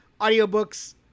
Audiobooks